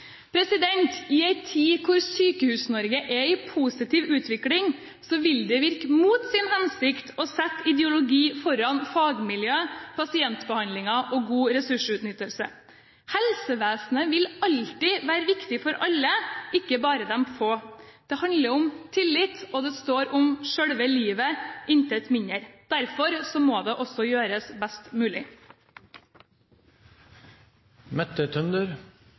I en tid da Sykehus-Norge er i positiv utvikling, vil det virke mot sin hensikt å sette ideologi foran fagmiljøer, pasientbehandlinger og god ressursutnyttelse. Helsevesenet vil alltid være viktig for alle, ikke bare de få. Det handler om tillit, og det står om selve livet, intet mindre. Derfor må det også gjøres best